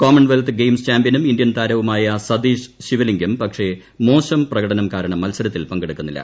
common wealth games ചാമ്പ്യനും Indian താരവുമായ സതീഷ് ശിവലിങ്കം പക്ഷെ മോശം പ്രകടനം കാരണം മത്സരത്തിൽ പങ്കെടുക്കുന്നില്ല